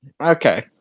Okay